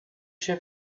się